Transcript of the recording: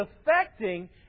affecting